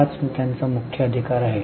हाच त्यांचा मुख्य अधिकार आहे